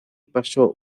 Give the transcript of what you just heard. pasó